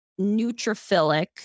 neutrophilic